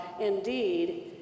Indeed